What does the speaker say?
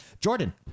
Jordan